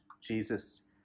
Jesus